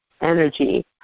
energy